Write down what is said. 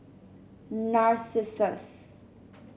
narcissus